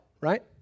right